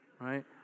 right